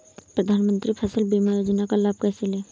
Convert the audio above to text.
प्रधानमंत्री फसल बीमा योजना का लाभ कैसे लें?